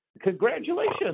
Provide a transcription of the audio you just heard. Congratulations